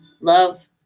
love